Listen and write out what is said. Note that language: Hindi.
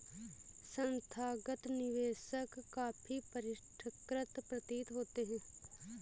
संस्थागत निवेशक काफी परिष्कृत प्रतीत होते हैं